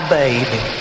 baby